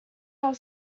have